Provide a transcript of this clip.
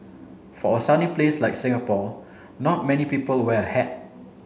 for a sunny place like Singapore not many people wear a hat